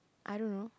I don't know